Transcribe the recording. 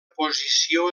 posició